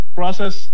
process